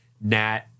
Nat